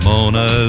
Mona